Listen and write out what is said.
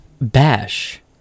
Bash